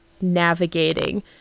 navigating